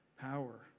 power